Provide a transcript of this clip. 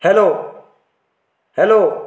hello hello